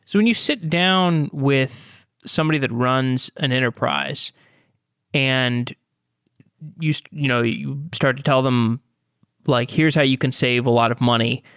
so when you sit down with somebody that runs an enterprise and you so you know you start to tell them like here's how you can save a lot of money.